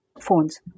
phones